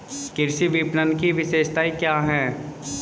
कृषि विपणन की विशेषताएं क्या हैं?